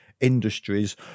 industries